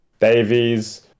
davies